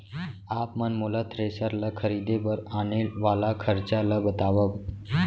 आप मन मोला थ्रेसर ल खरीदे बर आने वाला खरचा ल बतावव?